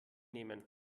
nehmen